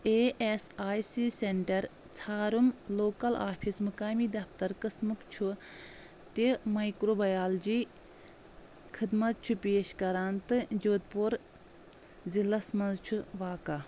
A S I C centre ژھارُم local office مُقٲمی دفتر قٕسمٕک چھِ تہِ مایکرٛو بیالجی خدمت چھِ پیش کران تہٕ جودھ پوٗر ضلعس مَنٛز چھُ واقعہٕ